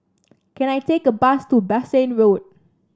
can I take a bus to Bassein Road